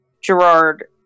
Gerard